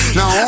Now